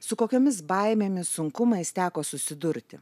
su kokiomis baimėmis sunkumais teko susidurti